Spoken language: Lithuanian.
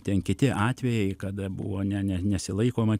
ten kiti atvejai kada buvo ne nesilaikoma